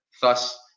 thus